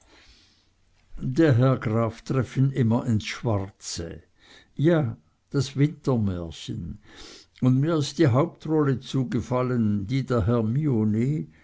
der herr graf treffen immer ins schwarze ja das wintermärchen und mir ist die hauptrolle zugefallen die der hermine